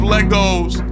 Legos